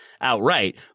outright